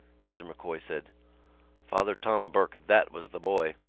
mr. m'coy said father tom burke, that was the boy!